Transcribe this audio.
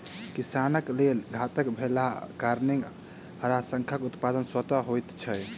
किसानक लेल घातक भेलाक कारणेँ हड़ाशंखक उत्पादन स्वतः होइत छै